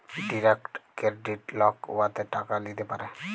direct credit লক উয়াতে টাকা ল্যিতে পারে